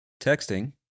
Texting